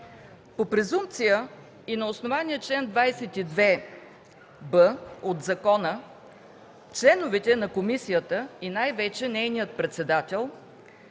По презумпция и на основание на чл. 22б от закона членовете на комисията и най-вече нейният председател